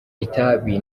itabi